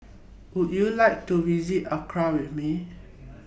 Would YOU like to visit Accra with Me